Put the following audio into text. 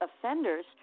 offenders